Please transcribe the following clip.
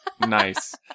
Nice